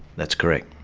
that's correct,